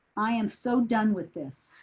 i am so done with this.